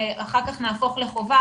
ואחר כך נהפוך לחובה.